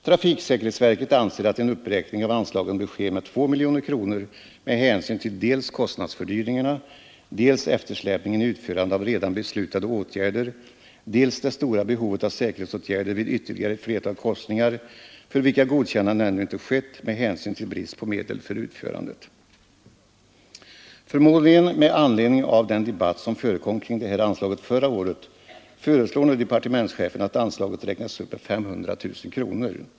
Trafiksäkerhetsverket anser att en uppräkning av anslaget bör ske med 2 miljoner kronor med hänsyn till dels kostnadsfördyringarna, dels eftersläpningen i utförande av redan beslutade åtgärder, dels det stora behovet av säkerhetsåtgärder vid ytterligare ett flertal korsningar för vilka godkännande ännu inte skett med hänsyn till brist på medel för Förmodligen med anledning av den debatt som förekom kring det här anslaget förra året föreslår nu departementschefen att anslaget räknas upp med 500 000 kronor.